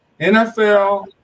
NFL